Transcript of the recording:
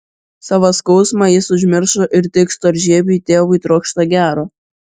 savo skausmą jis užmiršo ir tik storžieviui tėvui trokšta gero